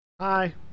Hi